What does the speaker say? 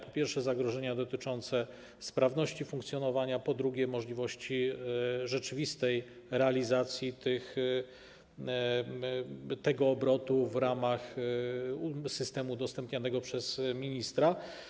Po pierwsze, zagrożenia dotyczące sprawności funkcjonowania, po drugie, możliwości rzeczywistej realizacji tego obrotu w ramach systemu udostępnianego przez ministra.